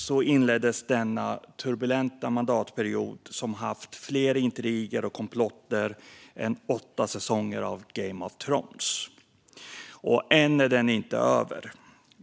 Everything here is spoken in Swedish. Så inleddes denna turbulenta mandatperiod som haft fler intriger och komplotter än åtta säsonger av Game of Thrones , och än är den inte över.